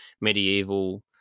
medieval